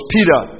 Peter